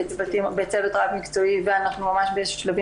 זה מה